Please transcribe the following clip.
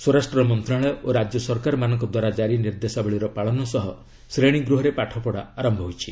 ସ୍ୱରାଷ୍ଟ୍ର ମନ୍ତ୍ରଣାଳୟ ଓ ରାଜ୍ୟସରକାରମାନଙ୍କ ଦ୍ୱାରା ଜାରି ନିର୍ଦ୍ଦେଶାବଳୀର ପାଳନ ସହ ଶ୍ରେଣୀଗୃହରେ ପାଠପଢ଼ା ଆରମ୍ଭ ହୋଇଛି